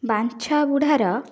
ବାଞ୍ଛ ବୁଢ଼ାର